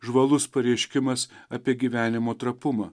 žvalus pareiškimas apie gyvenimo trapumą